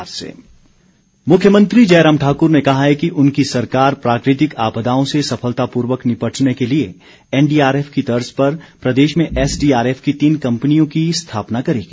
मुख्यमंत्री मुख्यमंत्री जयराम ठाकुर ने कहा है कि उनकी सरकार प्राकृतिक आपदाओं से सफलतापूर्वक निपटने के लिए एनडीआरएफ की तर्ज पर प्रदेश में एसडीआरएफ की तीन कंपनियों की स्थापना करेगी